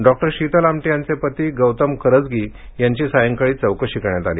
doctor Sheetal Amte यांचे पती गौतम करजगी यांची सायंकाळी चौकशी करण्यात आली